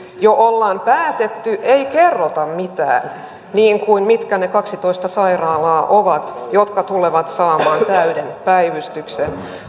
jo ollaan päätetty ei kerrota mitään niin kuin siitä mitkä ne kaksitoista sairaalaa ovat jotka tulevat saamaan täyden päivystyksen